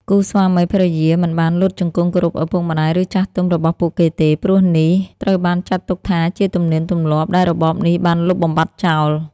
គូស្វាមីភរិយាមិនបានលុតជង្គង់គោរពឪពុកម្តាយឬចាស់ទុំរបស់ពួកគេទេ ព្រោះនេះត្រូវបានចាត់ទុកថាជាទំនៀមទម្លាប់ដែលរបបនេះបានលុបបំបាត់ចោល។